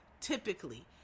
typically